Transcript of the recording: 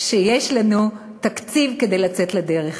שיש לנו תקציב כדי לצאת לדרך.